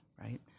right